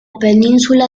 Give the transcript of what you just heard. península